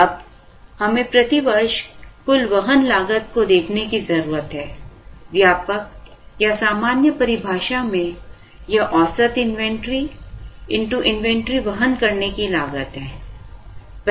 अब हमें प्रति वर्ष कुल वहन लागत को देखने की जरूरत है व्यापक या सामान्य परिभाषा में यह औसत इन्वेंटरी x इन्वेंटरी वहन करने की लागत है